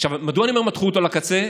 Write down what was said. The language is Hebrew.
מדוע אני אומר שמתחו אותו לקצה?